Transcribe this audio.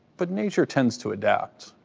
but nature tends to adapt.